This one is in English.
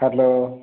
hello